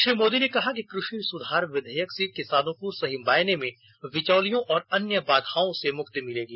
श्री मोदी ने कहा कि ्रुषि सुधार विधेयक से किसानों को सही मायने में बिचौलियों और अन्य बाधाओं से मुक्ति मिलेगी